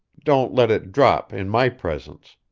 don't let it drop in my presence.